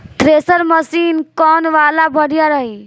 Thresher machine कौन वाला बढ़िया रही?